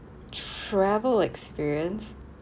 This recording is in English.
travel experience